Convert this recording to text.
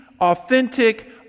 authentic